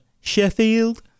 Sheffield